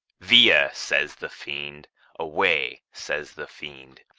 via! says the fiend away! says the fiend.